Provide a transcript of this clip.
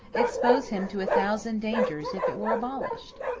expose him to a thousand dangers if it were abolished?